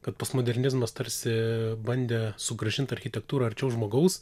kad postmodernizmas tarsi bandė sugrąžint architektūrą arčiau žmogaus